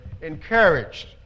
encouraged